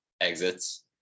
exits